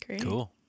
cool